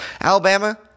Alabama